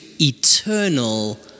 eternal